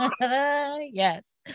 Yes